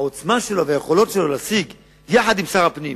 העוצמה והיכולת שלו במאבק עם משרד הפנים